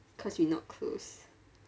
cause we not close